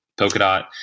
Polkadot